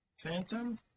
phantom